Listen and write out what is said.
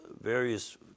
various